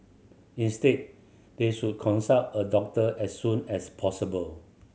instead they should consult a doctor as soon as possible